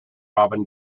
robin